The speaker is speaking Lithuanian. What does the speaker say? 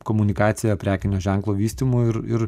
komunikacija prekinio ženklo vystymu ir ir